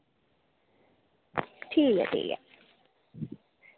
ठीक ऐ ठीक ऐ